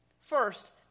First